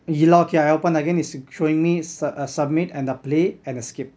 you lock yeah I open again it's showing me a submit and a play and a skip